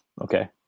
Okay